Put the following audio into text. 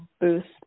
boost